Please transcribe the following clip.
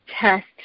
test